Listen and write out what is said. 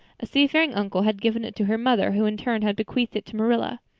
a seafaring uncle had given it to her mother who in turn had bequeathed it to marilla.